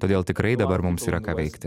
todėl tikrai dabar mums yra ką veikti